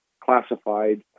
classified